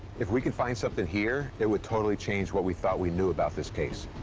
if we can find something here, it would totally change what we thought we knew about this case.